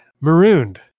marooned